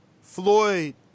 Floyd